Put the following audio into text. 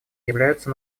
являются